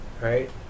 Right